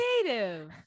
Creative